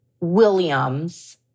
Williams